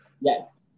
Yes